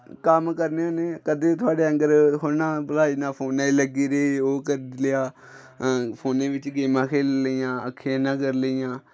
कम्म करने होन्ने कदें थुआढ़े आंह्गर थोह्ड़े ना भला इ'यां फोने लग्गी रेह् ओह् करी लेआ फोन बिच्च गेमां खेल्ली लेइयां अक्खीं अन्ना करी लेइयां